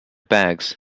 bags